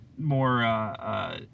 more, –